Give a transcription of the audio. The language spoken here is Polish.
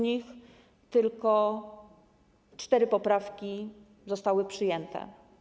Niestety tylko cztery poprawki zostały przyjęte.